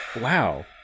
wow